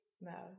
No